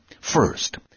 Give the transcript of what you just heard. First